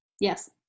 Yes